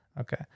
Okay